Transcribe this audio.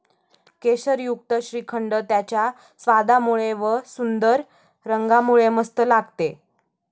केशरयुक्त श्रीखंड त्याच्या स्वादामुळे व व सुंदर रंगामुळे मस्त लागते